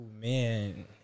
man